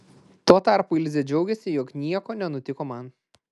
tuo tarpu ilzė džiaugėsi jog nieko nenutiko man